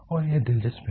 और यह दिलचस्प है